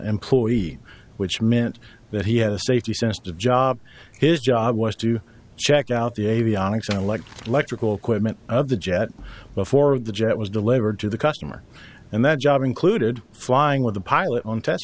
employee which meant that he had a safety sensitive job his job was to check out the avionics and like electrical equipment of the jet before the jet was delivered to the customer and that job included flying with the pilot on test